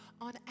on